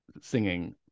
singing